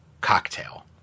Cocktail